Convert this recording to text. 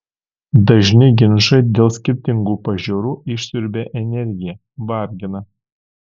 dažni ginčai dėl skirtingų požiūrių išsiurbia energiją vargina